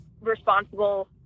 responsible